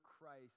Christ